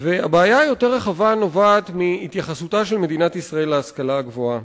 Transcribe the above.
והיא נובעת מהתייחסותה של מדינת ישראל להשכלה הגבוהה.